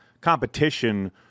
competition